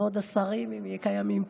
כבוד השרים הקיימים פה,